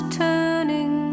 turning